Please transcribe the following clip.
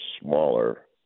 smaller